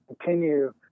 continue